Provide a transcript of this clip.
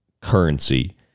currency